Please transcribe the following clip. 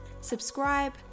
subscribe